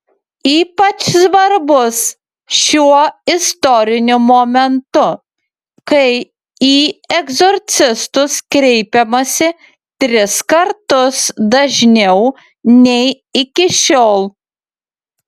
ypač svarbus šiuo istoriniu momentu kai į egzorcistus kreipiamasi tris kartus dažniau nei iki šiol